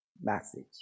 message